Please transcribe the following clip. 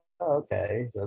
okay